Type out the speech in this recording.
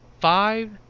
five